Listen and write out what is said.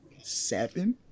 Seven